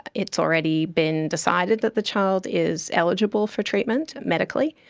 it's already been decided that the child is eligible for treatment medically.